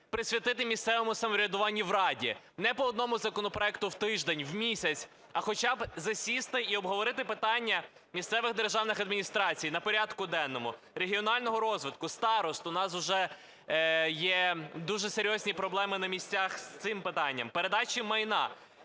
присвятити місцевому самоврядуванню в Раді, не по одному законопроекту в тиждень, в місяць, а хоча б засісти і обговорити питання місцевих державних адміністрацій. На порядку денному: регіонального розвитку, старост, у нас вже є дуже серйозні проблеми на місцях з цим питанням, передачі майна,